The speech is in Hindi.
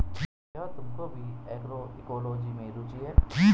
क्या तुमको भी एग्रोइकोलॉजी में रुचि है?